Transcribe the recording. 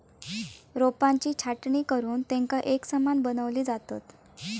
रोपांची छाटणी करुन तेंका एकसमान बनवली जातत